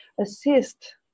assist